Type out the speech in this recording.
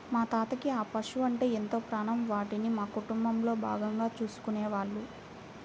మా తాతకి ఆ పశువలంటే ఎంతో ప్రాణం, వాటిని మా కుటుంబంలో భాగంగా చూసేవాళ్ళు